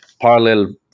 parallel